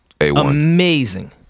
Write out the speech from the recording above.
amazing